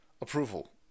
approval